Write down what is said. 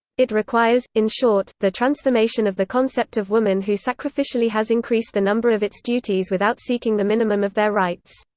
it requires, in short, the transformation of the concept of woman who sacrificially has increased the number of its duties without seeking the minimum of their rights.